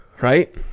right